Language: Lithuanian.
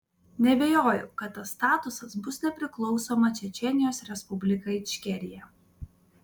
neabejoju kad tas statusas bus nepriklausoma čečėnijos respublika ičkerija